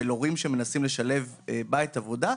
של הורים שמנסים לשלב בית-עבודה,